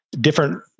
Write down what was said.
Different